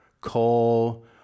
coal